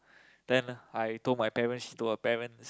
then I told my parents she told her parents